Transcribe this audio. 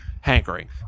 hankering